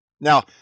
Now